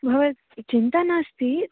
भवतु चिन्ता नास्ति